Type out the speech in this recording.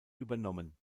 übernommen